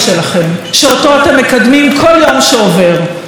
שאותו אתם מקדמים בכל יום שעובר: סיפוח,